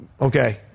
Okay